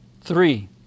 Three